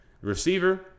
receiver